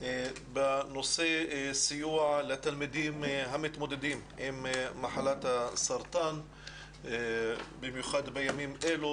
בנושא סיוע לתלמידים המתמודדים עם מחלת הסרטן במיוחד בימים אלה,